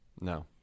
No